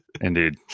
Indeed